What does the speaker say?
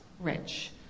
rich